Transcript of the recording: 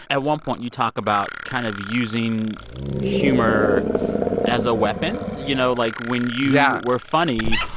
at one point, you talk about kind of using humor as a weapon, you know? like, when you yeah were funny,